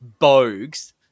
Bogues